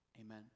Amen